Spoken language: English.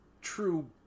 True